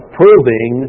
proving